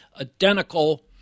identical